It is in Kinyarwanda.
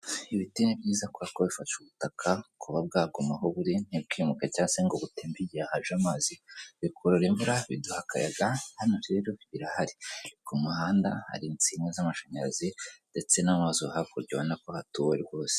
Ibiti ni byiza kubera ko bifasha ubutaka kuba bwaguma aho buri, ntibwimuke cyangwa se ngo butemmba igihe haje amazi, bikurura imvura, biduha akayaga, hano rero birahari. Ku muhanda hari insinga z'amashanyarazi ndetse n'amazu, hakurya ubonako hatuwe rwose.